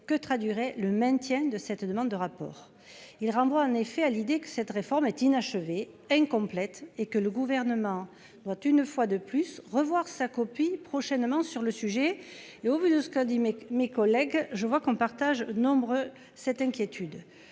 que traduirait le maintien de cette demande de rapport il renvoie en effet à l'idée que cette réforme est inachevée incomplète et que le gouvernement doit une fois de plus revoir sa copie prochainement sur le sujet. Mais au vu de ce qu'a dit mes, mes collègues, je vois qu'on partage nombre cette inquiétude,